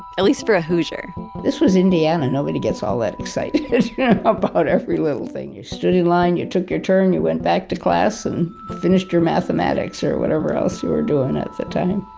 at least for a hoosier this was indiana. nobody gets all that excited about every little thing. you stood in line, you took your turn, you went back to class and finished your mathematics or whatever else you were doing at the time